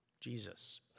Jesus